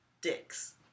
Dick's